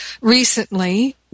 recently